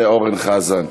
ואורן חזן.